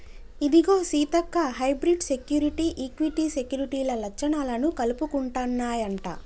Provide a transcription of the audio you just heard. ఇదిగో Seethakka hybrid security, equity సెక్యూరిటీల లచ్చణాలను కలుపుకుంటన్నాయంట